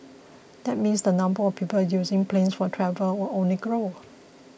that means the number of people using planes for travel will only grow